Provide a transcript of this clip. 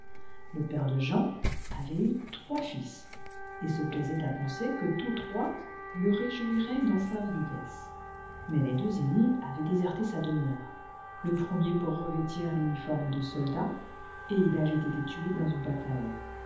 le père de jean avait eu trois fils et se plaisait à penser cfue tous trois le réjouiraient dans sa vieillesse mais les deux aînés avaient déserté sa demeure le premier pour revêtir tuniforme de soldat et il avait été tué dans une bataille